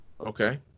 Okay